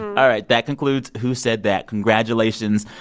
all right that concludes who said that. congratulations.